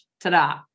Ta-da